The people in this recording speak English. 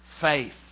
Faith